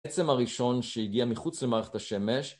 עצם הראשון שהגיע מחוץ למערכת השמש